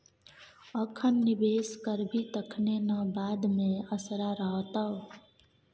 अखन निवेश करभी तखने न बाद मे असरा रहतौ